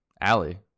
Allie